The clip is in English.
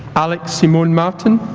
alex simone martin